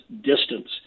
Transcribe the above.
distance